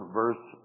verse